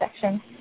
Section